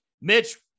Mitch